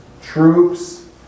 troops